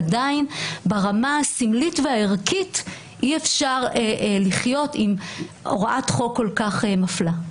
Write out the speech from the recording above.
עדיין ברמה הסמלית והערכית אי אפשר לחיות עם הוראת חוק כל כך מפלה.